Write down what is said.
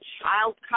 child